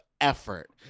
effort